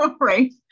right